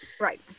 Right